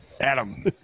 Adam